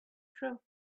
travelled